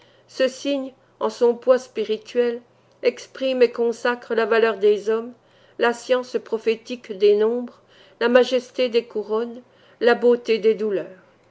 ce signe en son poids spirituel exprime et consacre la valeur des hommes la science prophétique des nombres la majesté des couronnes la beauté des douleurs